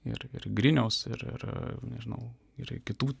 ir ir griniaus ir ir nežinau ir kitų